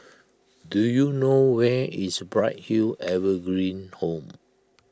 do you know where is Bright Hill Evergreen Home